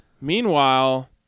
Meanwhile